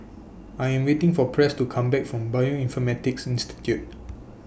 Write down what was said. I Am waiting For Press to Come Back from Bioinformatics Institute